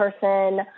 person